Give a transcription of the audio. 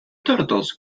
turtles